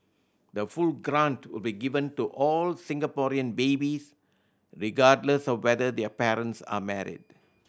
the full grant will be given to all Singaporean babies regardless of whether their parents are married